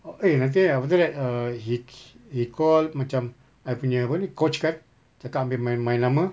eh nanti after that err he he called macam I punya apa ni coach kan cakap ambil my my nama